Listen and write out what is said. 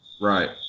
Right